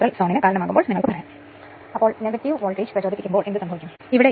VSC ISC cos ∅ sc WSC എന്ന മറ്റൊരു കാര്യം ഇവിടെയുണ്ട്